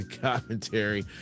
commentary